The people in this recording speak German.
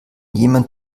jemand